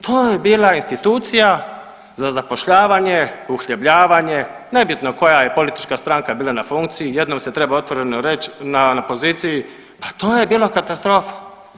To je bila institucija za zapošljavanje uhljebljivanje, nebitno koja je politička stranka bila na funkciji jednom se treba otvoreno reć na poziciji pa to je bilo katastrofa.